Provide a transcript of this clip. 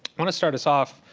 want to start us off